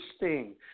Interesting